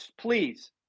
please